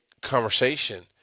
conversation